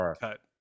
cut